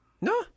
No